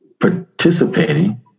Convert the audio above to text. participating